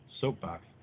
soapbox